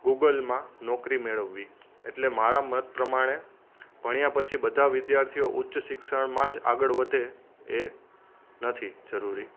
ગુગલમાં નોકરી મેળવવી એટલે મારા મત પ્રમાણે ભણ્યા પછી બધા વિદ્યાર્થીઓ ઉચ્ચ શિક્ષણમાં જ આગળ વધે એ નથી જરૂરી